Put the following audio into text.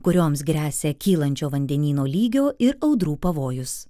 kurioms gresia kylančio vandenyno lygio ir audrų pavojus